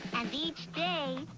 and each day,